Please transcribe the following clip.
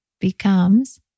becomes